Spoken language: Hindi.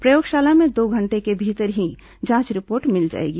प्रयोगशाला में दो घंटे के भीतर ही जांच रिपोर्ट मिल जाएगी